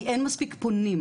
כי אין מספיק פונים.